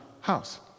house